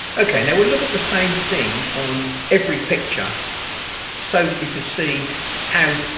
okay now we'll look at the same thing on every picture so that you can see how